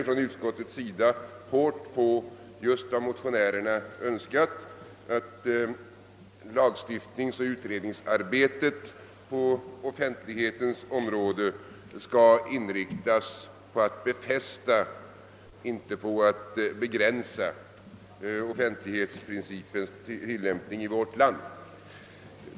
Från utskottets sida understryker man starkt just vad motionärerna önskat, nämligen att lagstiftningsoch utredningsarbetet på offentlighetsintressets område skall inriktas på att befästa, inte på att begränsa offentlighetsprincipens tillämpning i vårt land.